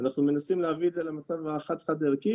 אנחנו מנסים להביא את זה למצב --- חד ערכי,